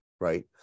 Right